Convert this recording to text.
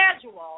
schedule